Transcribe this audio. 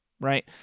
right